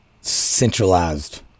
centralized